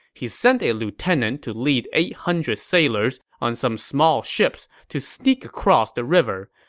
he sent a lieutenant to lead eight hundred sailors on some small ships to sneak across the river.